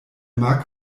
mag